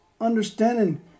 understanding